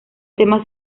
temas